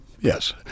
Yes